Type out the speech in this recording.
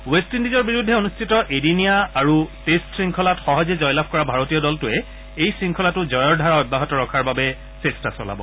west ইণ্ডিজৰ বিৰুদ্ধে অনুষ্ঠিত এদিনীয়া আৰু টেষ্ট শংখলাৰ সহজে জয়লাভ কৰা ভাৰতীয় দলটোৱে এই শংখলাতো জয়ৰ ধাৰা অব্যাহত ৰখাৰ বাবে চেষ্টা চলাব